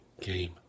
game